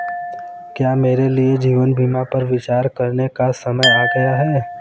क्या मेरे लिए जीवन बीमा पर विचार करने का समय आ गया है?